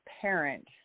parent